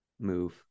move